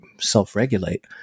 self-regulate